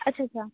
अच्छा अच्छा